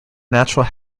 natural